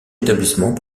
établissement